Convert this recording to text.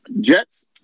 Jets